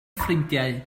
ffrindiau